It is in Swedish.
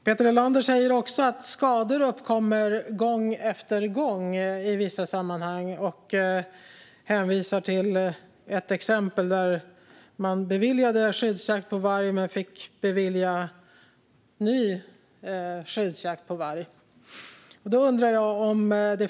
Peter Helander säger också att skador uppkommer gång efter gång i vissa sammanhang, och han hänvisar till ett exempel där man beviljat skyddsjakt på varg men fick bevilja ny skyddsjakt på varg.